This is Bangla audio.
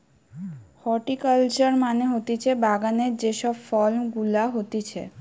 হরটিকালচার মানে হতিছে বাগানে যে সব ফুল গুলা হতিছে